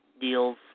deals